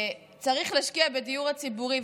שצריך להשקיע בדיור הציבורי,